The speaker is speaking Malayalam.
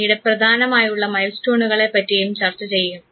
പിന്നീട് പ്രധാനമായുള്ള മൈൽസ്റ്റോണുകളെ പറ്റിയും ചർച്ച ചെയ്യും